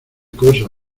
cosas